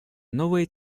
новые